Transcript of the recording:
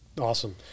Awesome